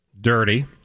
Dirty